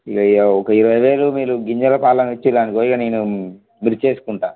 ఇగా ఒక ఇరవై వేలు మీరు గింజల కోసం ఇచ్చారు అనుకో ఇగా నేను మిర్చి వేసుకుంటాను